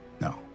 No